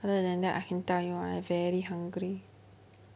other than that I can tell you right I very hungry